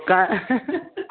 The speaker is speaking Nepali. पक्का